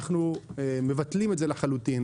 אנחנו מבטלים את זה לחלוטין.